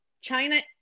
China